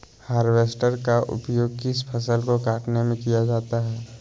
Harvester का उपयोग किस फसल को कटने में किया जाता है?